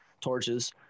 torches